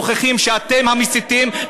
מוכיחה שאתם המסיתים,